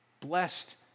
Blessed